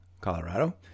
Colorado